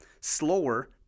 slower